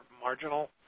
marginal